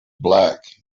black